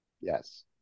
Yes